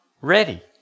ready